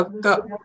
go